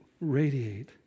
radiate